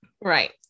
Right